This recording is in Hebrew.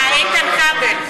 אה, איתן כבל.